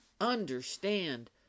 understand